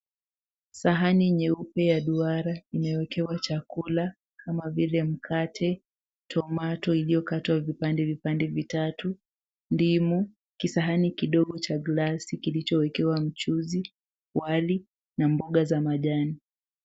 Sahani nyeupe ya duara imewekewa chakula kama vile mkate, tomato iliyokatwa vipande vipande vitatu, ndimu, kisahani kidogo cha glasi kilichowekewa mchuzi, wali na mboga za majani.